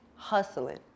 Hustling